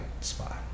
spot